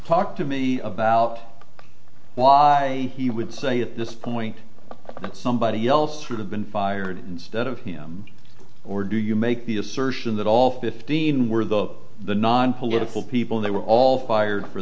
talk to me about why he would say at this point that somebody else would have been fired instead of him or do you make the assertion that all fifteen were though the nonpolitical people they were all fired for